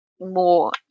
more